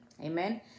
Amen